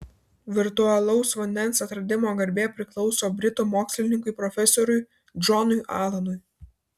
virtualaus vandens atradimo garbė priklauso britų mokslininkui profesoriui džonui alanui